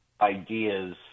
ideas